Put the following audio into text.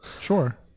sure